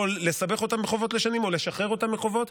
לסבך אותם בחובות לשנים או לשחרר אותם מחובות.